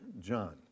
John